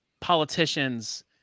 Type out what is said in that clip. politicians